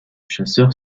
chasseur